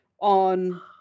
on